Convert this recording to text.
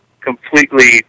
completely